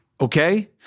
okay